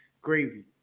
gravy